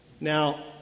Now